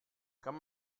kann